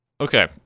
Okay